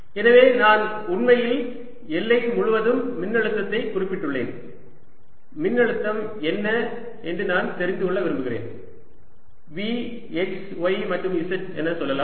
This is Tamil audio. எனவே நான் உண்மையில் எல்லை முழுவதும் மின்னழுத்தத்தை குறிப்பிட்டுள்ளேன் மின்னழுத்தம் என்ன என்று நான் தெரிந்து கொள்ள விரும்புகிறேன் V x y மற்றும் z என்று சொல்லலாம்